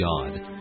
God